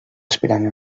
aspirant